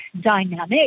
dynamic